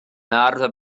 arfer